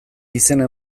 izena